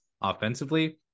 offensively